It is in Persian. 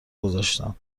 گذاشتم